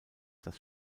das